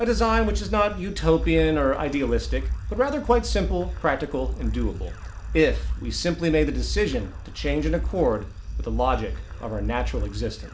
by design which is not utopian or idealistic but rather quite simple practical and doable if we simply made the decision to change in accord with the logic of our natural exist